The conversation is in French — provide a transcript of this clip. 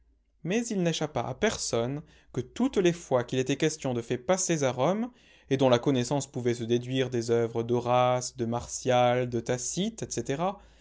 mais il n'échappa à personne que toutes les fois qu'il était question de faits passés à rome et dont la connaissance pouvait se déduire des ouvres d'horace de martial de tacite etc